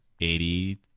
eighty